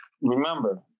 Remember